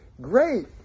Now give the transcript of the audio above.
great